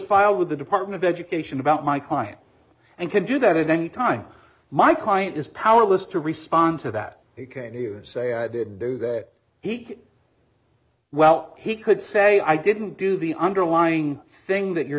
filed with the department of education about my client and can do that at any time my client is powerless to respond to that he came here say i did do that he well he could say i didn't do the underlying thing that you're